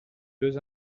deux